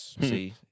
See